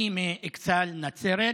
היא מאכסאל, נצרת,